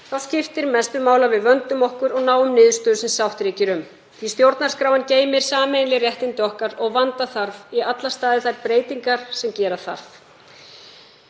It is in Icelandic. þá skiptir mestu máli að við vöndum okkur og náum niðurstöðu sem sátt ríkir um því að stjórnarskráin geymir sameiginleg réttindi okkar og vanda þarf í alla staði þær breytingar sem gera þarf.